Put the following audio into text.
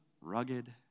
rugged